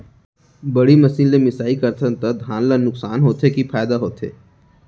बड़ी मशीन ले मिसाई करथन त धान ल नुकसान होथे की फायदा होथे?